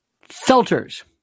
filters